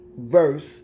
verse